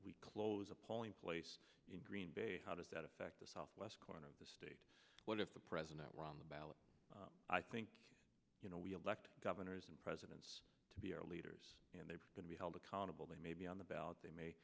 we close a polling place in green bay how does that affect the southwest corner of the state what if the president were on the ballot i think you know we elect governors and presidents to be our leaders and they are going to be held accountable they may be on the ballot they may